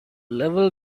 level